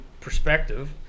perspective